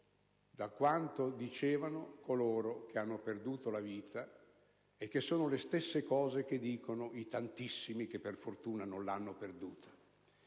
da quanto dicevano coloro che hanno perduto la vita: sono le stesse cose che dicono i tantissimi che fortunatamente non l'hanno perduta.